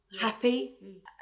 happy